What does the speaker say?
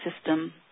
system